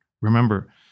Remember